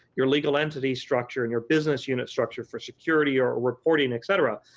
your legal entity structure, and your business unit structure for security or reporting etc.